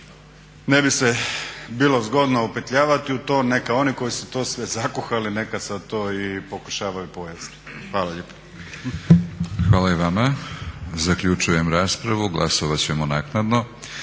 ne bi se bilo zgodno upetljavati u to. Neka oni koji su to sve zakuhali neka sad to i pokušavaju pojesti. Hvala lijepa. **Batinić, Milorad (HNS)** Hvala i vama. Zaključujem raspravu. Glasovat ćemo naknadno.